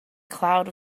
cloud